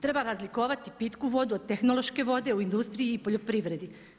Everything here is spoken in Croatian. Treba razlikovati pitku vodu od tehnološke vode u industriji i poljoprivredi.